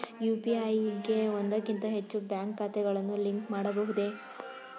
UPI ಗೆ ಒಂದಕ್ಕಿಂತ ಹೆಚ್ಚು ಬ್ಯಾಂಕ್ ಖಾತೆಗಳನ್ನು ಲಿಂಕ್ ಮಾಡಬಹುದೇ?